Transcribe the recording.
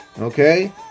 Okay